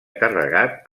carregat